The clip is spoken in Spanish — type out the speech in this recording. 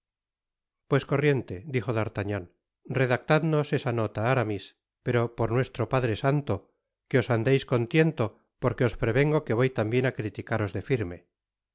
pues corriente dijo d'artagnan redactadnos esa nota aramis pero por nuestro padre santo que os andeis con tiento porque os prevengo que voy tambien á criticaros de firme